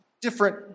Different